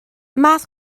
math